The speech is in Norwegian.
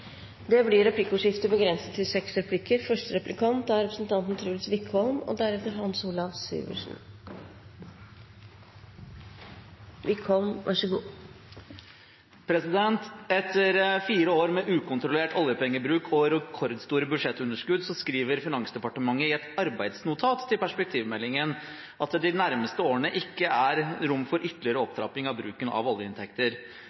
Det blir replikkordskifte. Etter fire år med ukontrollert oljepengebruk og rekordstore budsjettunderskudd skriver Finansdepartementet i et arbeidsnotat til perspektivmeldingen at det i de nærmeste årene ikke er rom for ytterligere